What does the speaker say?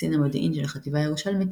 קצין המודיעין של החטיבה הירושלמית,